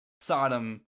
Sodom